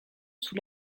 sous